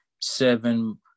seven